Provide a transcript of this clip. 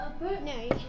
No